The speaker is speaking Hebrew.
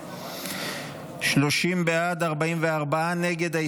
30 בעד, 44 נגד.